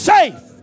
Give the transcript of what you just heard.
Safe